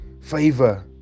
favor